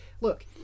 look